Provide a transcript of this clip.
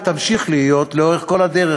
ותמשיך להיות לאורך כל הדרך,